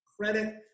credit